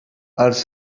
els